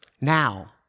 Now